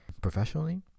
professionally